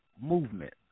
movement